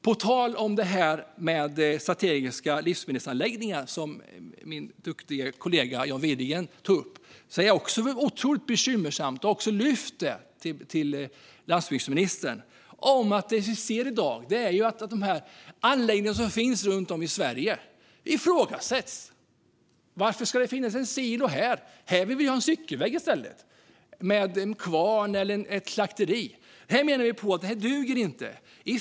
På tal om strategiska livsmedelsanläggningar, som min duktiga kollega John Widegren tog upp, är det, vilket jag har lyft upp till landsbygdsministern, otroligt bekymmersamt att de anläggningar som finns runt om i Sverige ifrågasätts i dag. Man säger: Varför ska det finnas en silo här? Vi vill ha en cykelväg, en kvarn eller ett slakteri här i stället. Detta duger inte, menar vi.